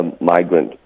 migrant